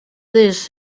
this